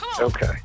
Okay